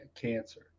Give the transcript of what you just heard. cancer